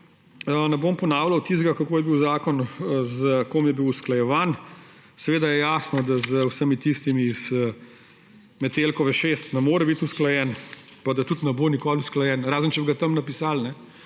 Ne bom ponavljal tistega, s kom je bil zakon usklajevan. Seveda je jasno, da z vsemi tistimi z Metelkove 6 ne more biti usklajen, pa da tudi ne bo nikoli usklajen, razen če bi ga tam napisali.